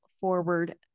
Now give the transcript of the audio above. forward